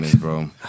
bro